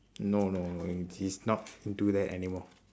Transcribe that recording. no no no and he's not into that anymore